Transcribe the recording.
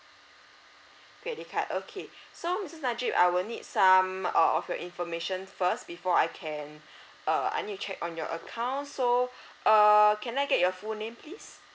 credit card okay so missus najib I will need some of your information first before I can uh I need to check on your account so err can I get your full name please